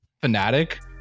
fanatic